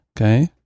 Okay